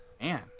man